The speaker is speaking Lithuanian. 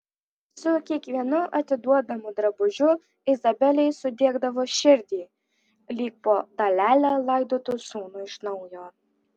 su kiekvienu atiduodamu drabužiu izabelei sudiegdavo širdį lyg po dalelę laidotų sūnų iš naujo